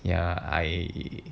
ya I